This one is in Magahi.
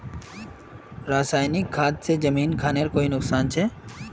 रासायनिक खाद से जमीन खानेर कोई नुकसान छे?